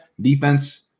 defense